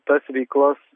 tas veiklas